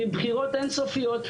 עם בחירות אינסופיות,